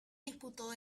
disputó